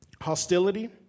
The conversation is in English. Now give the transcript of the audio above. Hostility